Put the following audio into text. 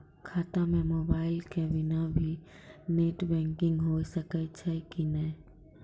खाता म मोबाइल के बिना भी नेट बैंकिग होय सकैय छै कि नै?